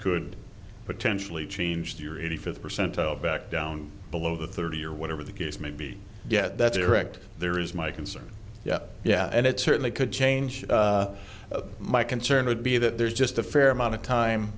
could potentially change your eighty fifth percentile back down below the thirty or whatever the case may be yet that's a direct there is my concern yeah yeah and it certainly could change my concern would be that there's just a fair amount of time